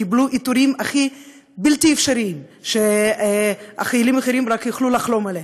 קיבלו עיטורים בלתי אפשריים שחיילים אחרים רק יכלו לחלום עליהם.